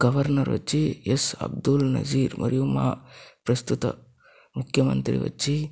governor వచ్చి S Abdul Nazeer మరియు మా ప్రస్తుత ముఖ్యమంత్రి వచ్చి